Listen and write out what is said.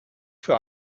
für